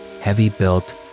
heavy-built